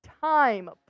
time